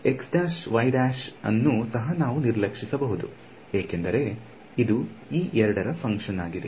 ಅನ್ನು ಸಹ ನಾವು ನಿರ್ಲಕ್ಷಿಸಬಹುದು ಏಕೆಂದರೆ ಇದು ಈ ಎರಡರ ಫಂಕ್ಷನ್ ಆಗಿದೆ